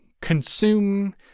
consume